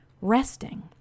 resting